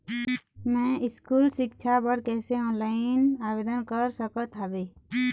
मैं स्कूल सिक्छा बर कैसे ऑनलाइन आवेदन कर सकत हावे?